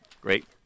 Great